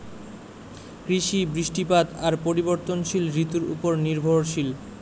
কৃষি, বৃষ্টিপাত আর পরিবর্তনশীল ঋতুর উপর নির্ভরশীল